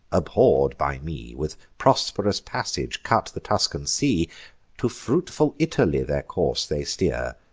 abhorr'd by me, with prosp'rous passage cut the tuscan sea to fruitful italy their course they steer,